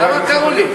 למה לא קראו לי?